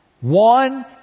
One